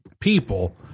people